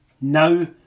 now